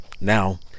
Now